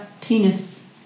penis